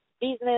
business